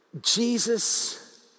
Jesus